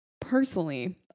personally